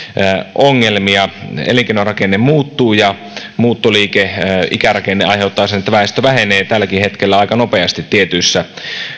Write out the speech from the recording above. ongelmia elinkeinorakenne muuttuu ja muuttoliike ikärakenne aiheuttaa sen että väestö vähenee tälläkin hetkellä aika nopeasti tietyissä